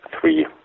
three